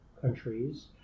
countries